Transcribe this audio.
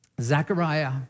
Zechariah